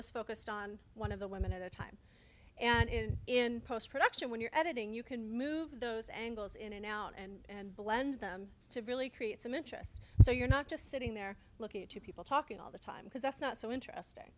was focused on one of the women at the time and is in post production when you're editing you can move those angles in an out and blend them to really create some interest so you're not just sitting there looking at two people talking all the time because that's not so interesting